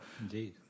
Indeed